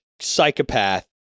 psychopath